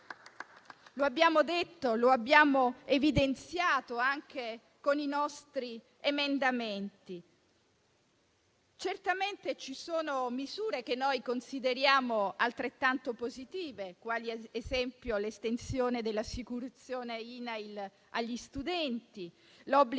come abbiamo evidenziato anche con i nostri emendamenti. Certamente ci sono misure che noi consideriamo altrettanto positive, quali, ad esempio, l'estensione dell'assicurazione INAIL agli studenti, l'obbligo